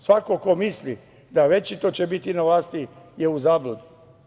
Svako ko misli da će večito biti na vlasti je u zabludi.